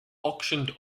auctioned